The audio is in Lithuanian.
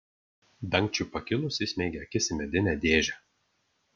dangčiui pakilus įsmeigė akis į medinę dėžę